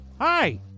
Hi